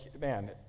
man